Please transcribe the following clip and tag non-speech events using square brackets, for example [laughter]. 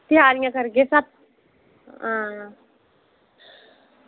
त्यारियां करगे [unintelligible]